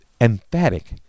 emphatic